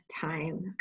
time